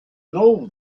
know